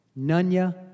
Nunya